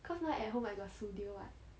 cause now at home I got studio what